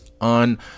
on